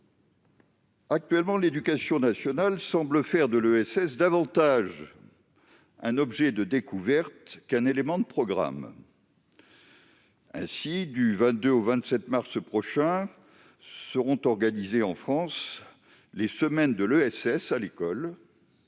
Actuellement, l'Éducation nationale semble faire de l'ESS davantage un objet de découverte qu'un élément de programme. Ainsi, du 22 au 27 mars prochain sera organisée en France la semaine de l'économie